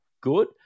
good